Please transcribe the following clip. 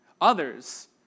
others